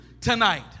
tonight